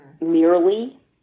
merely